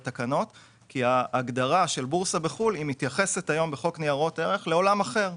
כי ההגדרה של בורסה בחו"ל מתייחסת היום בחוק ניירות ערך לעולם אחר,